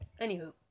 Anywho